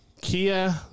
Kia